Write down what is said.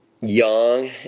young